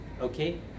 Okay